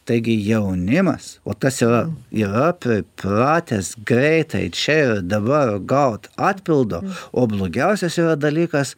taigi jaunimas o tas yra yra pripratęs greitai čia ir dabar gauti atpildo o blogiausias dalykas